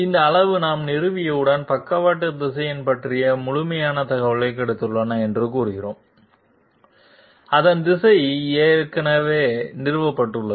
இந்த அளவு நாம் நிறுவியவுடன் பக்கவாட்டு திசையன் பற்றிய முழுமையான தகவல்கள் கிடைத்துள்ளன என்று கூறுவோம் அதன் திசை ஏற்கனவே நிறுவப்பட்டுள்ளது